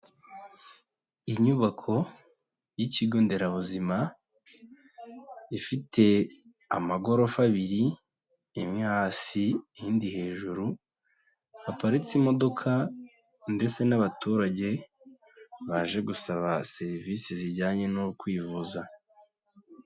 Inyubako yikigo nderabuzima, ifite amagorofa abiri, imwe hasi iridi hejuru, haparitse imodoka ndetse n'abaturage baje gusaba serivisi zijyanye no kwivuza.